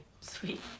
sweet